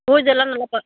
பூஜெல்லா நல்லா பண்